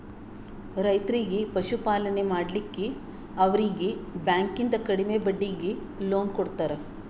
ರೈತರಿಗಿ ಪಶುಪಾಲನೆ ಮಾಡ್ಲಿಕ್ಕಿ ಅವರೀಗಿ ಬ್ಯಾಂಕಿಂದ ಕಡಿಮೆ ಬಡ್ಡೀಗಿ ಲೋನ್ ಕೊಡ್ತಾರ